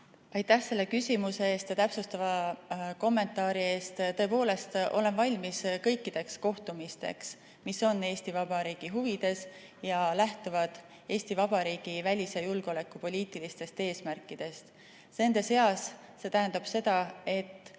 Aitäh selle küsimuse ja täpsustava kommentaari eest! Tõepoolest, olen valmis kõikideks kohtumisteks, mis on Eesti Vabariigi huvides ning lähtuvad Eesti Vabariigi välis- ja julgeolekupoliitilistest eesmärkidest. See tähendab seda, et